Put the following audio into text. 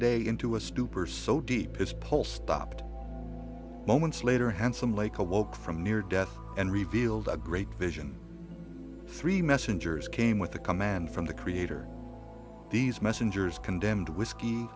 day into a stupor so deep is pole stopped moments later handsome lake awoke from near death and revealed a great vision three messengers came with a command from the creator these messengers condemned whisk